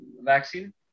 vaccine